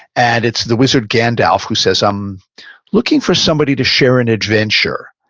and it's the wizard gandalf who says, i'm looking for somebody to share an adventure.